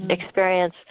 experience